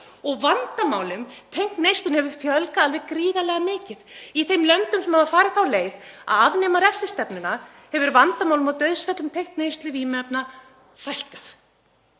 og vandamálum tengdum neyslunni hefur fjölgað alveg gríðarlega mikið. Í þeim löndum sem hafa farið þá leið að afnema refsistefnuna hefur vandamálum og dauðsföllum tengdum neyslu vímuefna fækkað.